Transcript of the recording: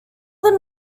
than